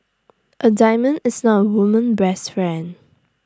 A diamond is not A woman best friend